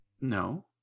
No